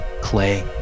clay